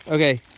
okay